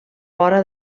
vora